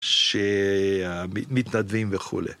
שמתנדבים וכולי.